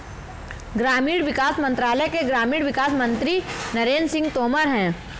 ग्रामीण विकास मंत्रालय के ग्रामीण विकास मंत्री नरेंद्र सिंह तोमर है